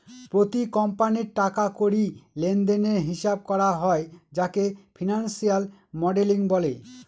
প্রতি কোম্পানির টাকা কড়ি লেনদেনের হিসাব করা হয় যাকে ফিনান্সিয়াল মডেলিং বলে